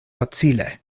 facile